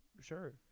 Sure